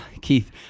keith